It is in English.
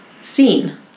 seen